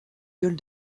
gueule